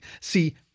See